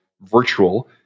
virtual